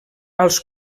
als